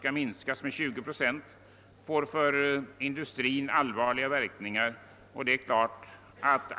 skall minskas med 20 procent får allvarliga verkningar för industrin.